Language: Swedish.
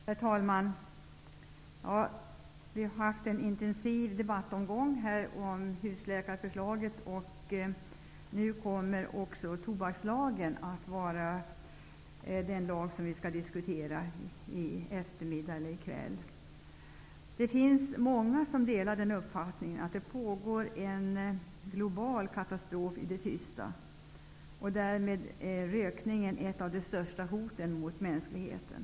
Herr talman! Vi har i dag haft en intensiv debattomgång om husläkarförslaget, och nu skall tobakslagen diskuteras här under eftermiddagen och kvällen. Många delar uppfattningen att det pågår en global katastrof i det tysta. Därmed är rökningen ett av de största hoten mot mänskligheten.